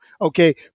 okay